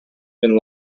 been